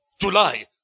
July